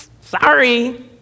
sorry